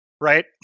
right